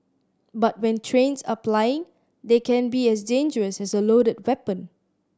but when trains are plying they can be as dangerous as a loaded weapon